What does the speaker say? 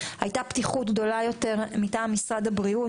הייתה פתיחות גדולה יותר מטעם משרד הבריאות.